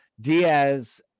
Diaz